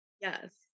yes